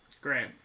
great